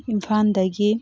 ꯏꯝꯐꯥꯜꯗꯒꯤ